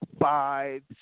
five